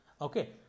Okay